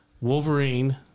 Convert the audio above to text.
Wolverine